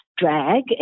drag